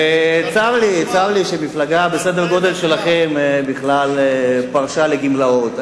צר לי שמפלגה בסדר גודל שלכם פרשה לגמלאות.